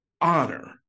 honor